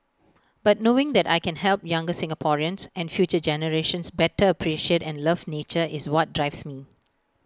but knowing that I can help younger Singaporeans and future generations better appreciate and love nature is what drives me